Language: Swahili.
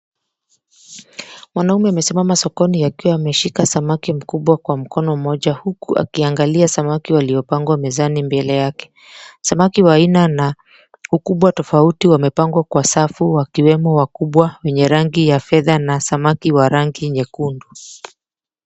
Mwanaume amesimama sokoni akiwa ameshika samaki mkubwa kwa mkono mmoja huku akiangalia samaki waliopangwa mezani mbele yake. Samaki wa aina na ukubwa tofauti wamepangwa kwa safu wakiwemo wakubwa wenye rangi ya fedha na samaki wa rangi nyekundu.